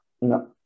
No